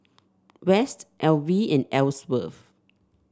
West Elvie and Elsworth